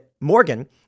Morgan